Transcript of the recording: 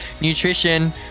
nutrition